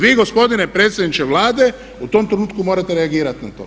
Vi gospodine predsjedniče Vlade u tom trenutku morate reagirati na to.